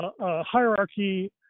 hierarchy